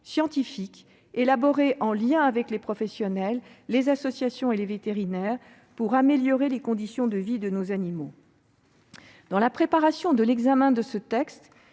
scientifiques, et élaborées en lien avec les professionnels, les associations et les vétérinaires pour améliorer les conditions de vie de nos animaux. Dans la préparation de l'examen de ce texte,